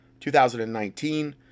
2019